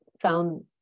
found